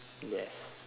yes